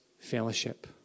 fellowship